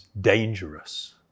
dangerous